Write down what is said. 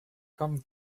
come